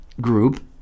Group